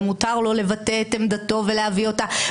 ומותר לו לבטא את עמדתו ולהביא אותה,